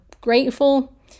grateful